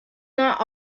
not